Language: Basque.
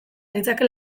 litzake